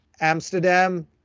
Amsterdam